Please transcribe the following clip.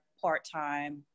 part-time